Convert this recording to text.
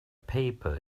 paper